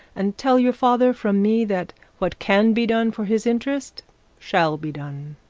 and tell your father from me that what can be done for his interest shall be done